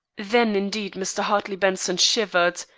then indeed mr. hartley benson shivered,